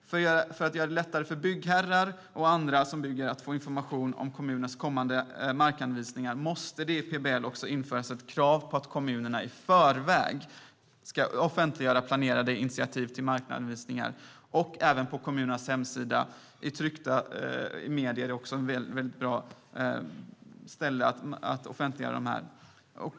För att göra det lättare för byggherrar och andra som bygger att få information om kommuners kommande markanvisningar måste det i PBL införas ett krav på kommuner att i förväg offentliggöra planerade initiativ till markanvisningar både på kommunens hemsida och i tryckta medier.